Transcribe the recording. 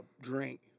drink